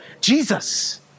Jesus